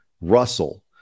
Russell